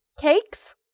Cakes